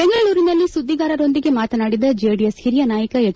ಬೆಂಗಳೂರಿನಲ್ಲಿ ಸುದ್ದಿಗಾರೊಂದಿಗೆ ಮಾತನಾಡಿದ ಜೆಡಿಎಸ್ ಹಿರಿಯ ನಾಯಕ ಎಚ್